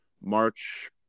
March